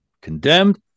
condemned